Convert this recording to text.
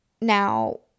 Now